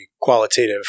qualitative